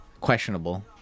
Questionable